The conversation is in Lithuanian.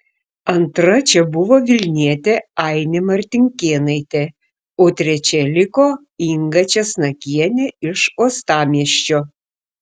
antra čia buvo vilnietė ainė martinkėnaitė o trečia liko inga česnakienė iš uostamiesčio